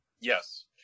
Yes